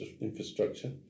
infrastructure